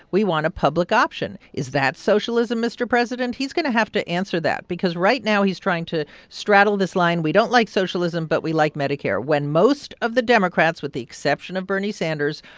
we want a public option is that socialism, mr. president? he's going to have to answer that because, right now, he's trying to straddle this line we don't like socialism, but we like medicare when most of the democrats, with the exception of bernie sanders,